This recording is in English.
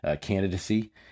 candidacy